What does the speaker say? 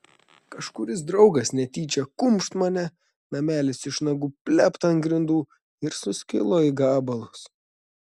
kažkuris draugas netyčią kumšt mane namelis iš nagų plept ant grindų ir suskilo į gabalus